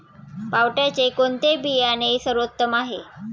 पावट्याचे कोणते बियाणे सर्वोत्तम आहे?